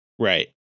Right